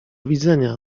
widzenia